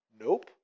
nope